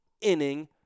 inning